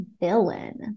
villain